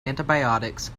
antibiotics